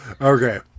Okay